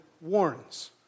warns